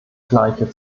gleiche